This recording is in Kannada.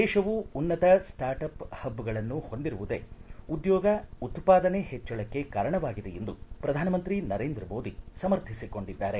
ದೇಶವು ಉನ್ನತ ಸ್ವಾರ್ಟ್ ಅಪ್ ಹಬ್ಗಳನ್ನು ಹೊಂದಿರುವುದೇ ಉದ್ಯೋಗ ಉತ್ಪಾದನೆ ಹೆಚ್ಚಳಕ್ಕೆ ಕಾರಣವಾಗಿದೆ ಎಂದು ಪ್ರಧಾನಮಂತ್ರಿ ನರೇಂದ್ರ ಮೋದಿ ಸಮರ್ಥಿಸಿಕೊಂಡಿದ್ದಾರೆ